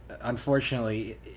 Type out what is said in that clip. unfortunately